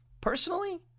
Personally